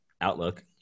Outlook